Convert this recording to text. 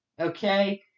Okay